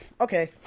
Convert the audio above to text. Okay